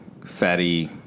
fatty